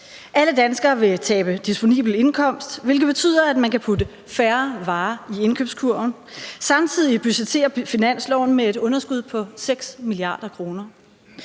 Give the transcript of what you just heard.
Alle danskere vil tabe disponibel indkomst, hvilket betyder, at man kan putte færre varer i indkøbskurven. Samtidig budgetterer finansloven med et underskud på 6 mia. kr.